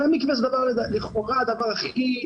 שמקווה זה לכאורה הדבר הכי,